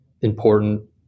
important